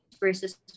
versus